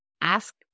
ask